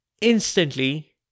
Instantly